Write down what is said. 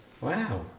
Wow